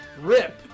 RIP